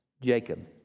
Jacob